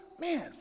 man